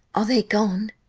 are they gone?